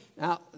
now